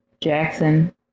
Jackson